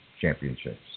championships